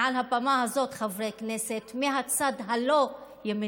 מעל הבמה הזאת, חברי כנסת מהצד הלא-ימני?